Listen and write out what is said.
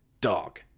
dog